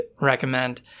recommend